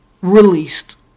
released